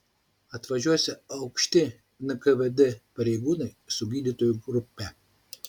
atvažiuosią aukšti nkvd pareigūnai su gydytojų grupe